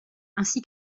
ainsi